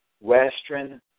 Western